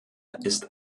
ist